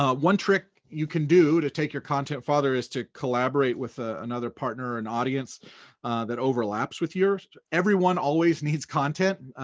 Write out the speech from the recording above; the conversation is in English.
ah one trick you can do to take your content father is to collaborate with ah another partner, an audience that overlaps with yours. everyone always needs content.